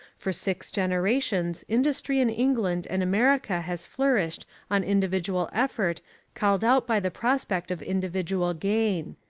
for six generations industry in england and america has flourished on individual effort called out by the prospect of individual gain.